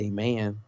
Amen